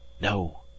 No